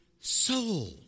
soul